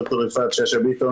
ד"ר יפעת שאשא ביטון,